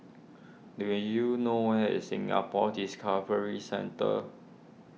do you know where is Singapore Discovery Centre